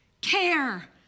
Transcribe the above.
care